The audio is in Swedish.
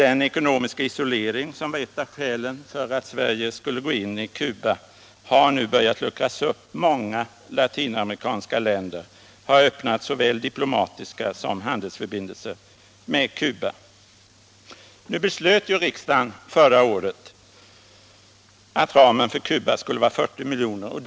Den ekonomiska isolering som var ett av skälen för att Sverige skulle gå in i Cuba har nu börjat luckras upp. Många latinamerikanska länder har öppnat såväl diplomatiska förbindelser som handelsförbindelser med Cuba. Riksdagen beslöt ju förra året att ramen för Cuba skulle vara 40 milj.kr.